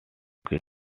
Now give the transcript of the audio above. kids